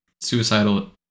suicidal